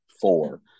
four